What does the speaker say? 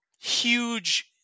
huge